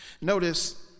notice